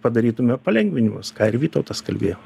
padarytume palengvinimus ką ir vytautas kalbėjo